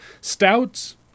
Stouts